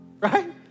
Right